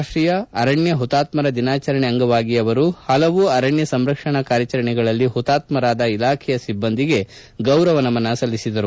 ರಾಷ್ಟೀಯ ಅರಣ್ಣ ಮತಾತ್ನರ ದಿನಾಚರಣೆ ಅಂಗವಾಗಿ ಅವರು ಪಲವು ಅರಣ್ಣ ಸಂರಕ್ಷಣೆ ಕಾರ್ಯಾಚರಣೆಗಳಲ್ಲಿ ಪುತಾತ್ನರಾದ ಇಲಾಖೆಯ ಸಿಬ್ಬಂದಿಗೆ ಗೌರವ ನಮನ ಸಲ್ಲಿಸಿದರು